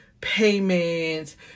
payments